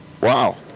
Wow